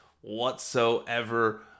whatsoever